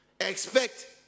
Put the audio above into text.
expect